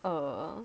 er